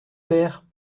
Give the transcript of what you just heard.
père